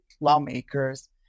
lawmakers